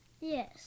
Yes